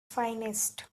finest